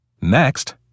Next